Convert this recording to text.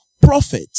prophet